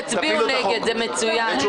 תצביעו נגד, זה מצוין.